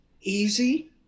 easy